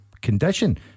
condition